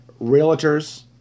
realtors